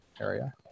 area